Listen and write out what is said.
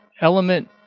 element